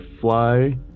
fly